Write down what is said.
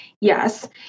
yes